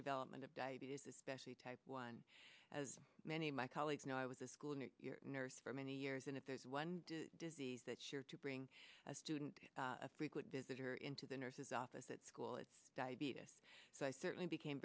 development of diabetes especially type one as many of my colleagues know i was a school near your nurse for many years and if there's one disease that you're to bring a student a frequent visitor into the nurse's office at school it's diaby this so i certainly became